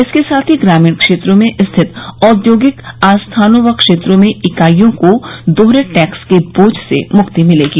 इसके साथ ही ग्रामीण क्षेत्रों में स्थित औद्योगिक आस्थानों व क्षेत्रों में इकाईयों को दोहरे टैक्स के बोझ से मुक्ति मिलेगी